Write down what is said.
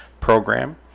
program